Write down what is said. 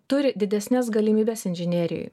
turi didesnes galimybes inžinerijoj